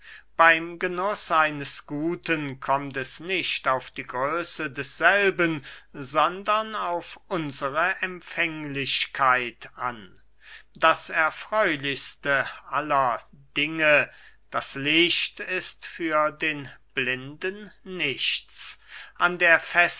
beym genuß eines guten kommt es nicht auf die größe desselben sondern auf unsre empfänglichkeit an das erfreulichste aller dinge das licht ist für den blinden nichts an der